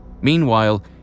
Meanwhile